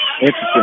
Interesting